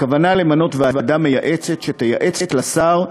הכוונה היא למנות ועדה מייעצת שתייעץ לשר,